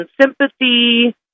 sympathy